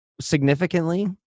significantly